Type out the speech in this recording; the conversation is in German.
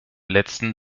letzten